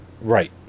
Right